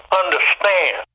understand